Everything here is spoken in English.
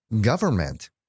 government